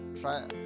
try